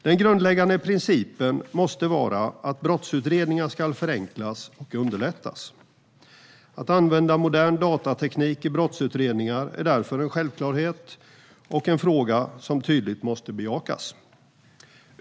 Den grundläggande principen måste vara att brottsutredningar ska förenklas och underlättas. Att använda modern datateknik i brottsutredningar är därför en självklarhet och en fråga som tydligt måste bejakas.